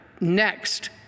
Next